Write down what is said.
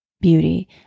beauty